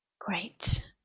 Great